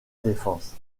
défense